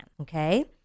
Okay